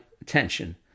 attention